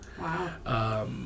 Wow